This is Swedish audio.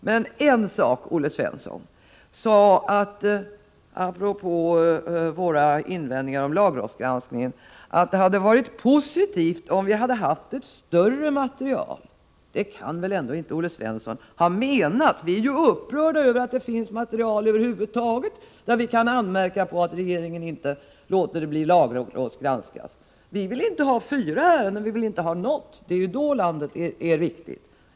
Men en sak Olle Svensson sade apropå våra invändningar om lagrådsgranskningen var att det hade varit positivt om vi hade haft ett större material. Det kan väl inte Olle Svensson ha menat? Vi är ju upprörda över att det över huvud taget finns något material där vi kan anmärka på att regeringen inte låter förslagen lagrådsgranskas. Vi vill inte ha fyra ärenden, vi vill inte ha något — det är ju först då landet är riktigt styrt.